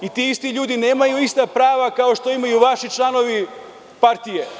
Ti isti ljudi nemaju ista prava kao što imaju vaši članovi partije.